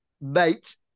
mate